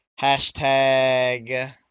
hashtag